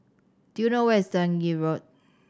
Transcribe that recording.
do you know where is Dundee Road